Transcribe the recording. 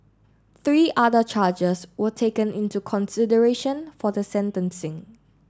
three other charges were taken into consideration for the sentencing